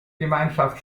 gemeinschaft